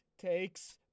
takes